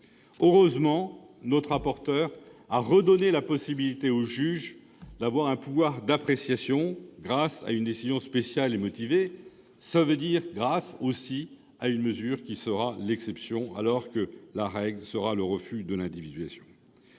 Heureusement, notre rapporteur a redonné au juge un pouvoir d'appréciation grâce à une décision spéciale et motivée, c'est-à-dire grâce à une mesure qui sera l'exception, alors que la règle sera le refus de l'individualisation.